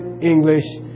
English